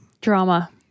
Drama